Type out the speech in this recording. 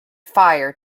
fire